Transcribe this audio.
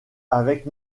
avec